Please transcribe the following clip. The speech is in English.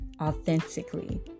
authentically